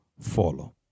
follow